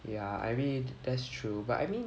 ya I mean that's true but I mean